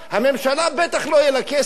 הממשלה בטח לא יהיה לה כסף,